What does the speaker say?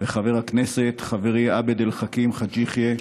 וחבר הכנסת חברי עבד אל חכים חאג' יחיא,